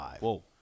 Whoa